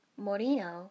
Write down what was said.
Morino